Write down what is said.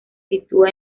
sitúa